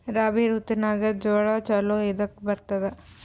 ರಾಬಿ ಋತುನಾಗ್ ಜೋಳ ಚಲೋ ಎದಕ ಬರತದ?